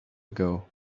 ago